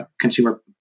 consumer